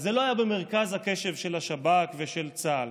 אז זה לא היה במרכז הקשב של השב"כ ושל צה"ל.